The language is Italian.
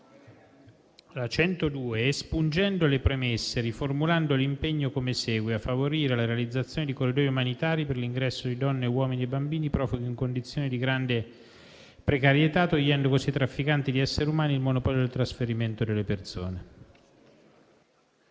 espungendo le premesse e riformulando l'impegno come segue: «a favorire la realizzazione di corridoi umanitari per l'ingresso di donne, uomini e bambini profughi in condizioni di grande precarietà, togliendo così ai trafficanti di esseri umani il monopolio del trasferimento delle persone».